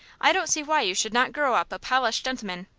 i don't see why you should not grow up a polished gentleman.